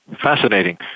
Fascinating